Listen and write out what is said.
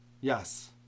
Yes